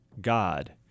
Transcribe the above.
God